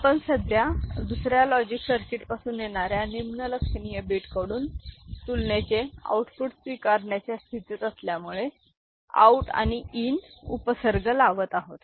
आपण सध्या दुसऱ्या लॉजिक सर्किट पासून येणाऱ्या निम्न लक्षणीय बीट कडून तुलनेचे आउटपुट स्वीकारण्याच्या स्थितीत असल्यामुळे आउट आणि इन उपसर्ग लावत आहोत